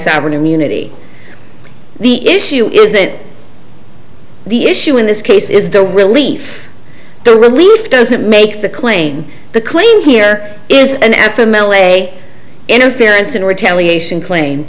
sovereign immunity the issue is it the issue in this case is the relief the relief doesn't make the claim the claim here is an f m l a interference in retaliation claim